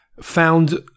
found